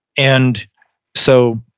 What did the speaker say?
and so,